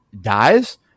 dies